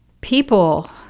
People